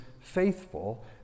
faithful